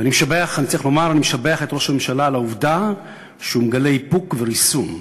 צריך לומר שאני משבח את ראש הממשלה על העובדה שהוא מגלה איפוק וריסון,